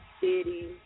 City